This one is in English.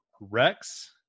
Rex